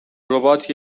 ربات